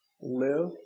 live